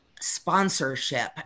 sponsorship